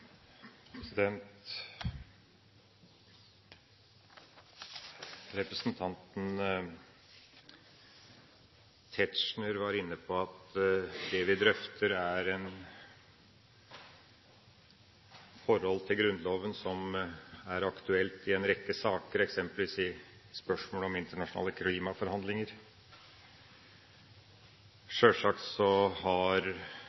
forhold til Grunnloven som er aktuelt i en rekke saker, eksempelvis i spørsmålet om internasjonale klimaforhandlinger. Sjølsagt har